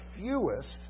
fewest